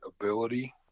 ability